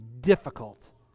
difficult